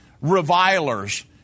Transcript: revilers